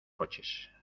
coches